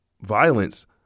Violence